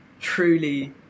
truly